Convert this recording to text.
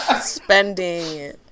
spending